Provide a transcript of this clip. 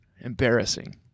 Embarrassing